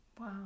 Wow